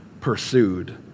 pursued